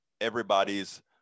everybody's